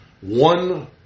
one